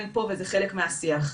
פה וזה חלק מהשיח.